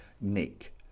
Nick